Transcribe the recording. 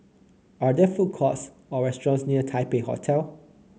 are there food courts or restaurants near Taipei Hotel